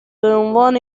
عنوان